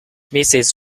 mrs